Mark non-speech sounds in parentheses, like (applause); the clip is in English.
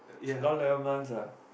(noise) around eleven months ah